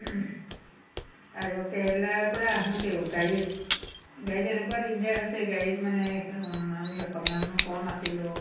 আৰু কেৰেলাৰ পৰা আহোঁতেও গাড়ীত গাড়ীত এনেকুৱা দিগদাৰ হৈছে গাড়ীত মানে আমি অসমীয়া মানুহ কম আছিলোঁ